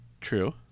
True